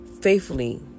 faithfully